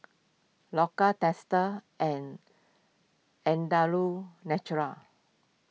Loacker Dester and Andalou Naturals